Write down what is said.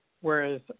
Whereas